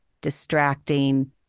distracting